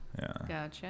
Gotcha